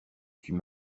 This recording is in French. suis